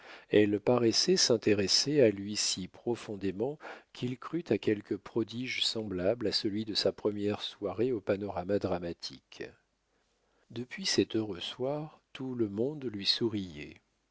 elle paraissait s'intéresser à lui si profondément qu'il crut à quelque prodige semblable à celui de sa première soirée au panorama dramatique depuis cet heureux soir tout le monde lui souriait